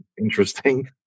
interesting